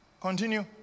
Continue